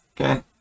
okay